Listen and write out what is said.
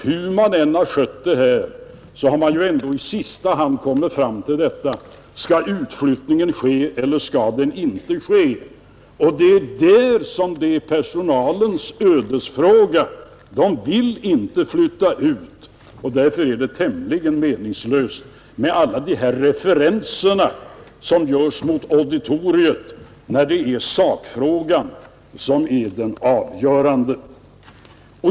Hur man än hade skött det här, hade man ändå i sista hand kommit fram till detta: Skall utflyttningen ske eller inte? Det är personalens ödesfråga. Personalen vill inte flytta ut. Därför är det tämligen meningslöst med alla de reverenser som görs mot auditoriet. Det är sakfrågan som är den avgörande.